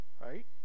Right